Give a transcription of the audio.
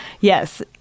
Yes